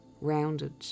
rounded